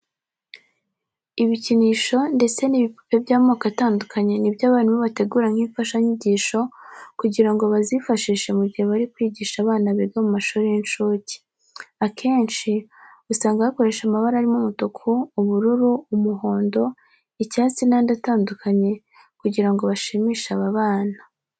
Ibikinisho ndetse n'ibipupe by'amoko atandukanye ni byo abarimu bategura nk'imfashanyigisho kugira ngo bazifashishe mu gihe bari kwigisha abana biga mu mashuri y'incuke. Akenshi usanga bakoresha amabara arimo umutuku, ubururu, umuhondo, icyatsi n'andi atandukanye kugira ngo bashimishe aba bana.